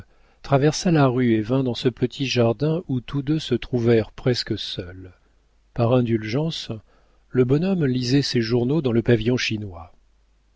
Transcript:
traversa la rue et vint dans ce petit jardin où tous deux se trouvèrent presque seuls par indulgence le bonhomme lisait ses journaux dans le pavillon chinois